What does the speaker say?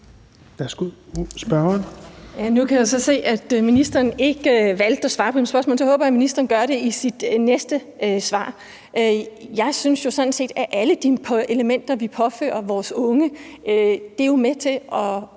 Heidi Bank (V): Nu kan jeg jo se, at ministeren ikke valgte at svare på mit spørgsmål, men det håber jeg så at ministeren gør i sit næste svar. Jeg synes sådan set, at alle de ting, vi påfører vores unge, er med til at